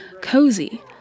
cozy